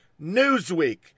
Newsweek